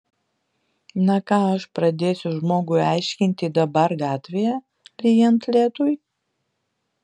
na ką aš pradėsiu žmogui aiškinti dabar gatvėje lyjant lietui